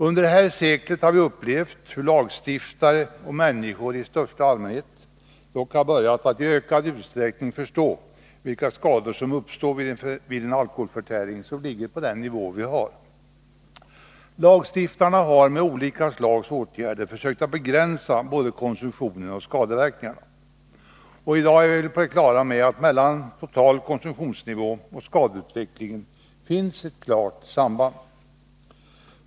Under det här seklet har vi upplevt hur lagstiftare och människor i största allmänhet har börjat i ökad utsträckning förstå vilka skador som egentligen uppstår vid en alkoholförtäring som ligger på den nivå vi har. Lagstiftarna har med olika slags åtgärder försökt begränsa både konsumtionen och skadeverkningarna. I dag är vi på det klara med att mellan total konsumtionsnivå och skadeutvecklingen finns ett klart samband.